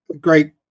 great